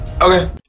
Okay